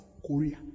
Korea